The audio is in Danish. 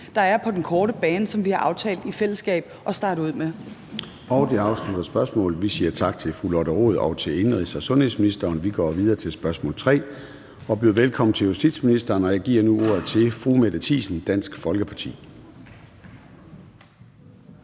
der er på den korte bane, og som vi har aftalt i fællesskab at starte ud med. Kl. 13:15 Formanden (Søren Gade): Det afslutter spørgsmålet. Vi siger tak til fru Lotte Rod og til indenrigs- og sundhedsministeren. Så går vi videre til det tredje spørgsmål på dagsordenen og byder velkommen til justitsministeren. Jeg giver nu ordet til fru Mette Thiesen, Dansk Folkeparti.